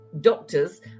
doctors